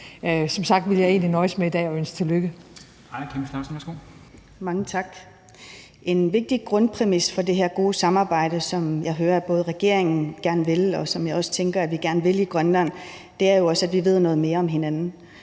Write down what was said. Kl. 13:07 Aaja Chemnitz Larsen (IA): Mange tak. En vigtig grundpræmis for det her gode samarbejde, som jeg både hører at regeringen gerne vil, og som jeg også tænker at vi gerne vil i Grønland, er jo, at vi ved noget mere om hinanden.